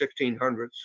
1600s